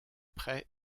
près